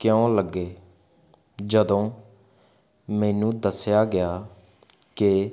ਕਿਉਂ ਲੱਗੇ ਜਦੋਂ ਮੈਨੂੰ ਦੱਸਿਆ ਗਿਆ ਕਿ